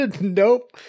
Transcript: nope